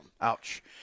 Ouch